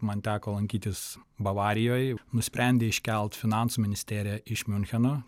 man teko lankytis bavarijoj nusprendė iškelt finansų ministeriją iš miuncheno